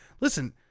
Listen